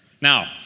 Now